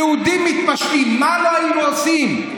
היהודים מתפשטים, מה לא היו עושים?